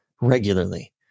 regularly